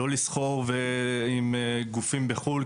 לא לסחור ועם גופים בחו"ל,